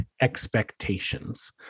expectations